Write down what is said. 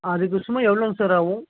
அதுக்கு சும்மா எவ்வளோங்க சார் ஆகும்